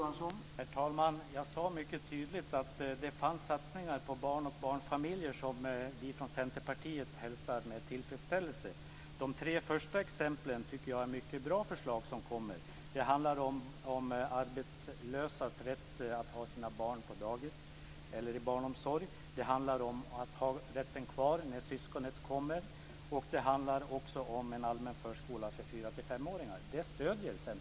Herr talman! Jag sade mycket tydligt att det fanns satsningar på barn och barnfamiljer som vi från Centerpartiet hälsar med tillfredsställelse. De tre första exemplen är bra förslag. De handlar om arbetslösas rätt att ha sina barn på dagis eller i barnomsorg, de handlar om rätten att få vara kvar när syskonet kommer till världen och de handlar om en allmän förskola för fyra-fem-åringar. Centerpartiet stöder dem.